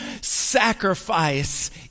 sacrifice